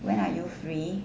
when are you free